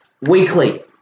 weekly